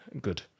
good